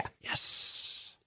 Yes